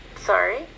Sorry